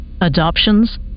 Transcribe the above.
adoptions